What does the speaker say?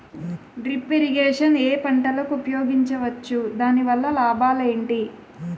Drip irrigation ఏ పంటలకు ఉపయోగించవచ్చు? దాని వల్ల లాభాలు ఏంటి?